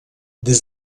des